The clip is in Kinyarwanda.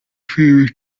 filimi